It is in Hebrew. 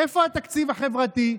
איפה התקציב החברתי?